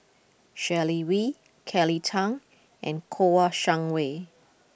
Sharon Wee Kelly Tang and Kouo Shang Wei